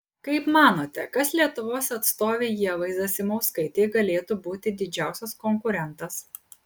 kaip manote kas lietuvos atstovei ievai zasimauskaitei galėtų būti didžiausias konkurentas